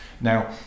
Now